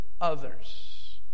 others